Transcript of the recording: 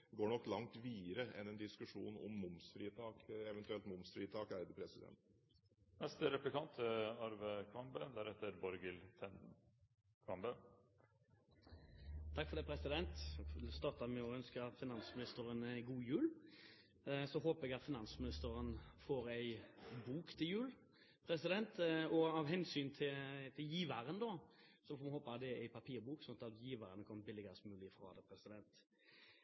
går langt videre enn en diskusjon om eventuelt momsfritak. Jeg vil starte med å ønske finansministeren god jul. Så håper jeg at finansministeren får en bok til jul, og av hensyn til giveren får man håpe det er en papirbok, slik at giveren kommer billigst mulig fra det.